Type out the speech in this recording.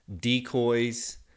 decoys